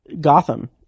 Gotham